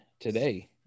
today